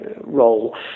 role